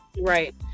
Right